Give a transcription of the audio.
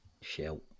Shell